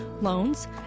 loans